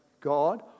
God